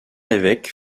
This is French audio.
évêque